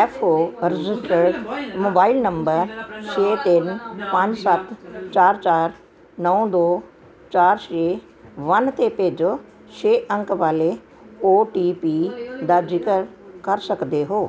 F O registered mobile number ਛੇ ਤਿੰਨ ਪੰਜ ਸੱਤ ਚਾਰ ਚਾਰ ਨੌਂ ਦੋ ਚਾਰ ਛੇ ਵਨ 'ਤੇ ਭੇਜੋ ਛੇ ਅੰਕ ਵਾਲੇ ਓ ਟੀ ਪੀ ਦਾ ਜ਼ਿਕਰ ਕਰ ਸਕਦੇ ਹੋ